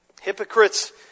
Hypocrites